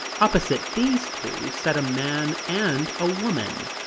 opposite these two sat a man and a woman,